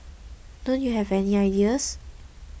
don't you have any ideas